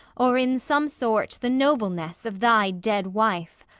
or in some sort the nobleness, of thy dead wife.